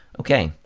okay,